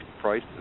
price